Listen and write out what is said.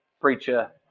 preacher